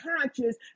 conscious